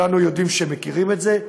וכולנו יודעים ומכירים את זה.